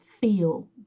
feel